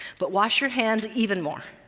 but wash your hands even more.